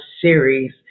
series